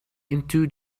into